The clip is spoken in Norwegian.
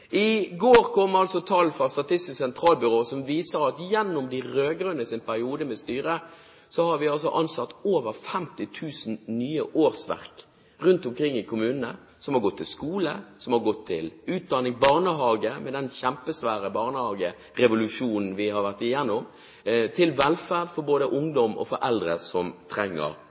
I går kom tall fra Statistisk sentralbyrå som viser at i løpet av de rød-grønnes periode med styre har vi altså fått over 50 000 nye årsverk rundt omkring i kommunene, som har gått til skole, som har gått til utdanning, til barnehage, med den kjempestore barnehagerevolusjonen vi har vært gjennom, til velferd for både ungdom og eldre som trenger